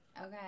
Okay